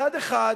מצד אחד,